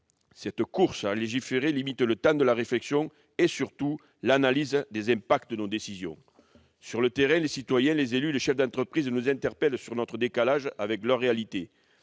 : la course à légiférer limite le temps de la réflexion et surtout l'analyse des impacts de nos décisions. Sur le terrain, les citoyens, les élus, les chefs d'entreprise nous interpellent sur notre décalage avec leur réalité.